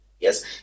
yes